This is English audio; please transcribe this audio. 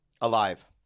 Alive